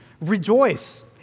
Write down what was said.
Rejoice